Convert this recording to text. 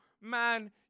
man